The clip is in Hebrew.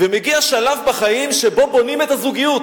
מגיע שלב בחיים שבו בונים את הזוגיות,